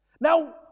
Now